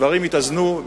סגן השר,